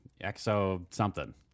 Exo-something